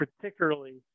particularly